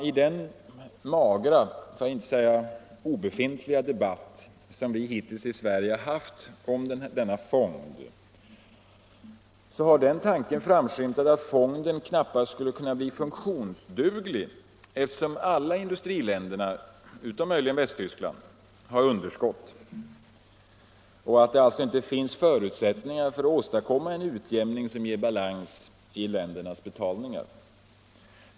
I den magra debatt vi i Sverige hittills haft om denna fond har den tanken också framskymtat, att fonden knappast kan bli funktionsduglig, eftersom alla i-länder —- utom möjligen Västtyskland — har underskott och att det alltså inte finns förutsättningar att åstadkomma en utjämning som ger balans i ländernas betalningar.